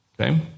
Okay